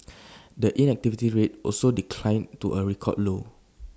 the inactivity rate also declined to A record low